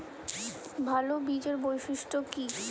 ভাল বীজের বৈশিষ্ট্য কী?